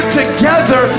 together